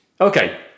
Okay